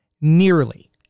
Nearly